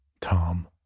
Tom